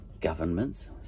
governments